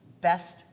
best